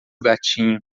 gatinho